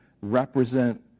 represent